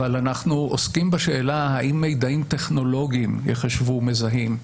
אבל אנחנו עוסקים בשאלה האם מידעים טכנולוגיים ייחשבו מזהים,